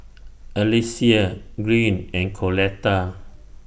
Alycia Green and Coletta